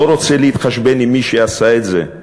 לא רוצה להתחשבן עם מי שעשה את זה,